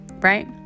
right